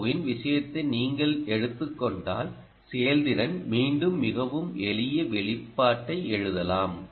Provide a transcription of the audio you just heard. ஓவின் விஷயத்தை நீங்கள் எடுத்துக் கொண்டால் செயல்திறன் மீண்டும் மிகவும் எளிய வெளிப்பாட்டை எழுதலாம்